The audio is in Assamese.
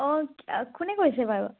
অঁ আ কোনে কৈছে বাৰু